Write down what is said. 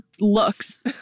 looks